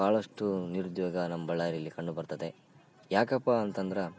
ಭಾಳಷ್ಟು ನಿರುದ್ಯೋಗ ನಮ್ಮ ಬಳ್ಳಾರಿಯಲ್ಲಿ ಕಂಡುಬರ್ತದೆ ಯಾಕಪ್ಪ ಅಂತಂದ್ರೆ